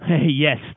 Yes